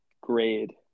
grade